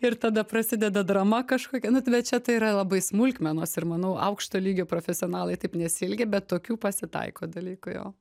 ir tada prasideda drama kažkokia nu t bet čia tai yra labai smulkmenos ir manau aukšto lygio profesionalai taip nesielgia bet tokių pasitaiko dalykų jo